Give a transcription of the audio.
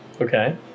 okay